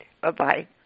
Bye-bye